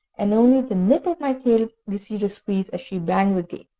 and only the tip of my tail received a squeeze as she banged the gate.